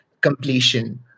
completion